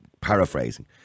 paraphrasing